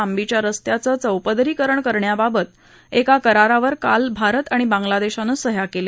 लांबीच्या रस्त्याचं चौपदरीकरण करण्याबाबात एका करारावर काल भारत आणि बांग्लादेशानं सह्या केल्या